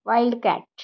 wild cat